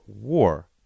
War